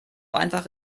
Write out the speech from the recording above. einfach